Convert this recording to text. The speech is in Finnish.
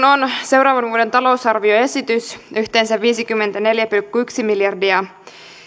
on seuraavan vuoden talousarvioesitys yhteensä viisikymmentäneljä pilkku yksi miljardia